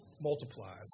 multiplies